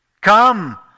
Come